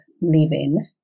living